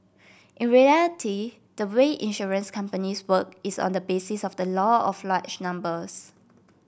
in reality the way insurance companies work is on the basis of the law of large numbers